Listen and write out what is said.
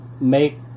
make